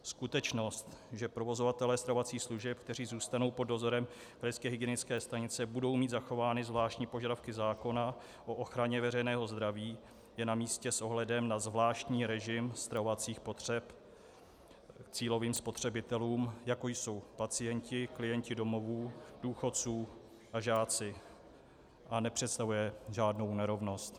Skutečnost, že provozovatelé stravovacích služeb, kteří zůstanou pod dozorem krajské hygienické stanice, budou mít zachovány zvláštní požadavky zákona o ochraně veřejného zdraví, je namístě s ohledem na zvláštní režim stravovacích potřeb cílových spotřebitelů, jako jsou pacienti, klienti domovů důchodců a žáci, a nepředstavuje žádnou nerovnost.